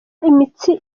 imitsi